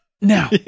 now